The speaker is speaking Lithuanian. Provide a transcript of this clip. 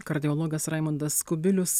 kardiologas raimondas kubilius